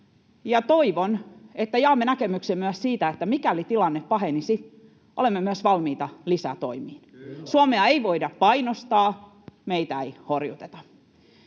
ja toivon, että jaamme näkemyksen myös siitä, että mikäli tilanne pahenisi, olemme myös valmiita lisätoimiin. [Ben Zyskowicz: Kyllä ollaan!] Suomea ei voida painostaa, meitä ei horjuteta.